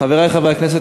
חברי חברי הכנסת,